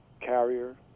carrier